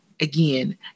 again